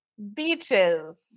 Beaches